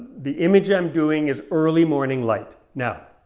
the image i'm doing is early morning light. now,